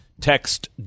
Text